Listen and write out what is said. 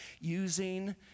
using